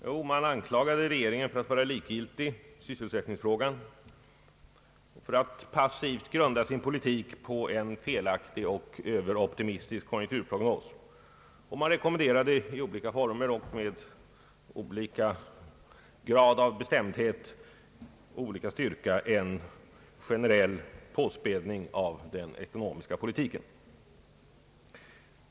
Jo, man anklagade regeringen för att vara likgiltig i sysselsättningsfrågan och för att den passivt grundade sin politik på en felaktig och överoptimistisk konjunkturprognos. Oppositionen rekommenderade i olika former och med olika grad av bestämdhet en generell påspädning av den ekonomiska politiken.